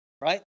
right